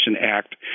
Act